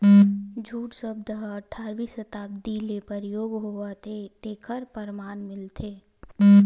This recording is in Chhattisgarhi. जूट सब्द ह अठारवी सताब्दी ले परयोग होवत हे तेखर परमान मिलथे